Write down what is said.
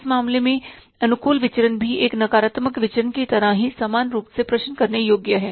इस मामले में अनुकूल विचरण भी एक नकारात्मक विचरण की तरह ही समान रूप से प्रश्न करने योग्य है